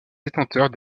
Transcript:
détenteurs